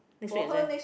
next week exam